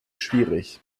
schwierig